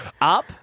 up